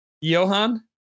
Johan